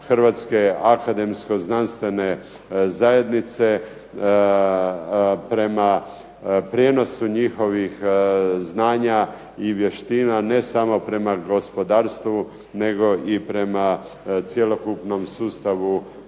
Hrvatske akademsko znanstvene zajednice prema prijenosu njihovih znanja i vještina, ne samo prema gospodarstvu nego prema cjelokupnom sustavu